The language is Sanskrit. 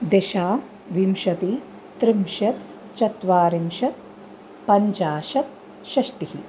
दिशा विंशतिः त्रिंशत् चत्वारिंशत् पञ्चाशत् षष्टिः